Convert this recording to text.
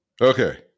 Okay